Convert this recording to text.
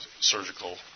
surgical